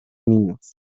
niños